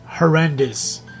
Horrendous